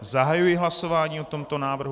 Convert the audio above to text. Zahajuji hlasování o tomto návrhu.